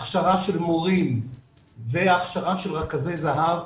הכשרה של מורים והכשרה של רכזי זה"ב,